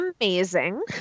amazing